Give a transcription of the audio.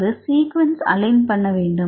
பின்பு சீக்வென்ஸ்ஐஅலைன் பண்ண வேண்டும்